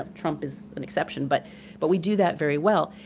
um trump is an exception, but but we do that very well.